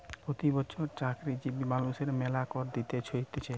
প্রতি বছর চাকরিজীবী মানুষদের মেলা কর দিতে হতিছে